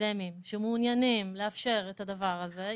אקדמיים שמעוניינים לאפשר את הדבר הזה,